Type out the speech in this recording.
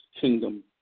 kingdom